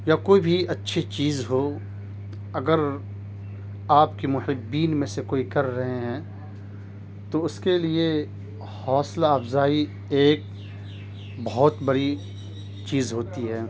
یا کوئی بھی اچھی چیز ہو اگر آپ کے محبین میں سے کوئی کر رہے ہیں تو اس کے لیے حوصلہ افزائی ایک بہت بڑی چیز ہوتی ہے